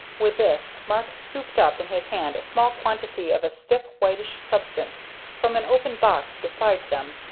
with this mark scooped up in his hand a small quantity of a stiff, whitish substance from an open box beside them,